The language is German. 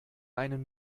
einen